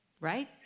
right